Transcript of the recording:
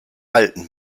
alten